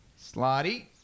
Slotty